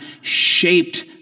shaped